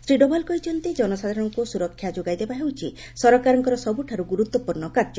ଶ୍ରୀ ଡୋଭାଲ କହିଛନ୍ତି ଜନସାଧାରଣଙ୍କୁ ସୁରକ୍ଷା ଯୋଗାଇଦେବା ହେଉଛି ସରକାରଙ୍କର ସବୁଠାରୁ ଗୁରୁତ୍ୱପୂର୍ଣ୍ଣ କାର୍ଯ୍ୟ